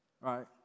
right